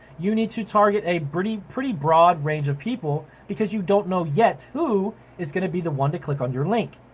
you need to target a pretty pretty broad range of people because you don't know yet who is gonna be the one to click on your link.